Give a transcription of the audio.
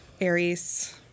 Aries